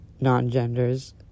non-genders